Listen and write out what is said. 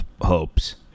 hopes